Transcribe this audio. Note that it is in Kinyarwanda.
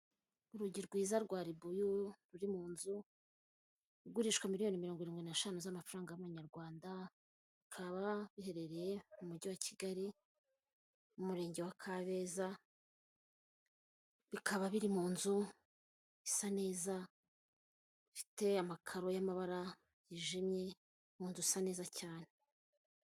Urugi rwiza rwa libuyu ruri mu nzu igurishwa miliyoni mirongo irindwi n'eshanu z'amafaranga y'amanyarwanda bikaba biherereye mu mujyi wa Kigali umurenge wa Kabeza bikaba biri mu nzu isa neza ifite amakaro y'amabara yijimye munzu isa neza cyane .